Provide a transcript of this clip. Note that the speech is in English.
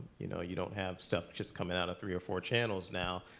you know, you don't have stuff just come and out of three or four channels now.